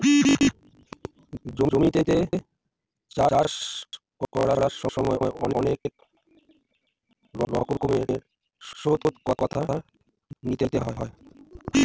জমিতে চাষ করার সময় অনেক রকমের সতর্কতা নিতে হয়